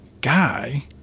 guy